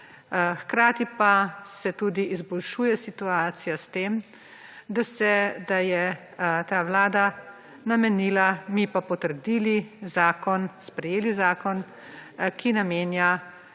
hkrati pa se tudi izboljšuje situacija s tem, da je ta vlada namenila, mi pa potrdili zakon, sprejeli zakon, ki namenja